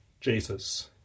Jesus